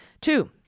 Two